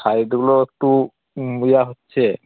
হাইটগুলো একটু মুলা হচ্ছে